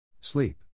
Sleep